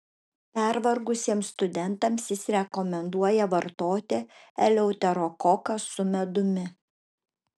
pervargusiems studentams jis rekomenduoja vartoti eleuterokoką su medumi